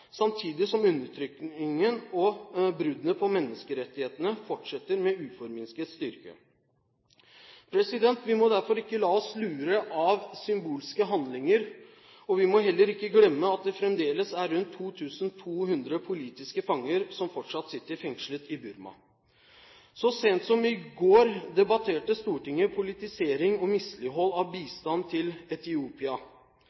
samtidig som undertrykkingen og bruddene på menneskerettighetene fortsetter med uforminsket styrke. Vi må derfor ikke la oss lure av symbolske handlinger. Vi må heller ikke glemme at det fremdeles er rundt 2 200 politiske fanger som fortsatt sitter fengslet i Burma. Så sent som i går debatterte Stortinget politisering og mislighold av